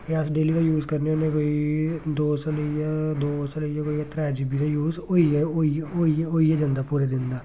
एह् अस डेली दा यूज़ करने होन्ने कोई दो सा लेइयै दो सा लेइयै कोई त्रै जी बी दा यूज़ होई गै होई गै होई गै होई गै जंदा ऐ पूरे दिन दा